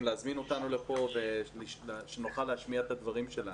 להזמין אותנו לפה שנוכל להשמיע את הדברים שלנו.